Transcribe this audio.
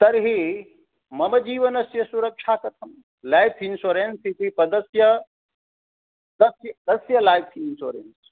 तर्हि मम जीवनस्य सुरक्षा कथं लैफ़् इन्शोरेन्स इति पदस्य कस्य कस्य लैफ़् इन्शोरेन्स